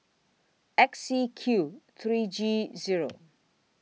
X C Q three G Zero